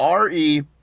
RE